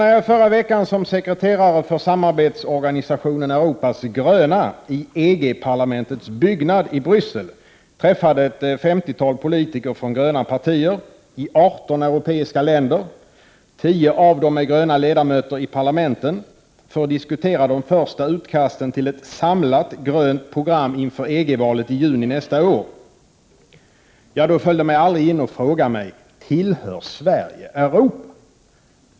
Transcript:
När jag i förra veckan som sekreterare för samarbetsorganisationen Europas Gröna i EG-parlamentets byggnad i Bryssel träffade ett femtiotal politiker från gröna partier i 18 europeiska länder, 10 av dem med gröna ledamöter i parlamenten, för att diskutera de första utkasten till ett samlat grönt program inför EG-valet i juni nästa år, föll det mig aldrig in att fråga mig: Tillhör Sverige Europa?